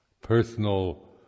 Personal